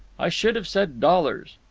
i should have said dollars.